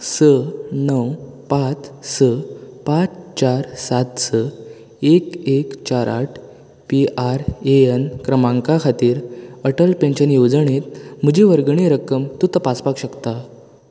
स णव पांच स पांच चार सात स एक एक चार आठ पी आर ए एन क्रमांका खातीर अटल पेन्शन येवजणेंत म्हजी वर्गणी रक्कम तूं तपासपाक शकता